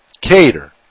cater